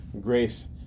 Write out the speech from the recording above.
grace